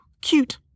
cute